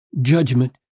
judgment